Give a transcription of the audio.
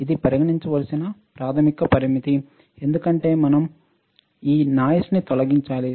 ఇది పరిగణించవలసిన ప్రాథమిక పరామితి ఎందుకంటే మనం ఈ నాయిస్న్ని తొలగించాలి